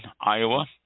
Iowa